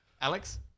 Alex